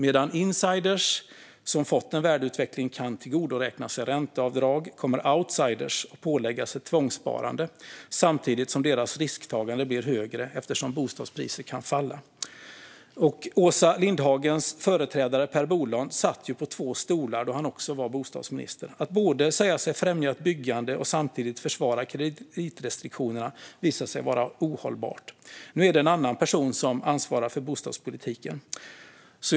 Medan insiders som fått en värdeutveckling kan tillgodoräkna sig ränteavdrag kommer outsiders att påläggas ett tvångssparande, samtidigt som deras risktagande blir högre eftersom bostadspriser kan falla. Åsa Lindhagens företrädare Per Bolund satt på två stolar, då han också var bostadsminister. Att både säga sig främja ett byggande och samtidigt försvara kreditrestriktioner visade sig vara ohållbart. Nu är det en annan person som ansvarar för bostadspolitiken.